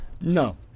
No